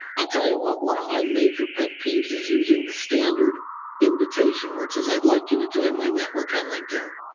i'll tell you what, one of my major pet peeves is using the standard invitation where it says, i'd like you to join my network on linkedin.